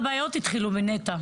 כל הבעיות התחילו מנת"ע,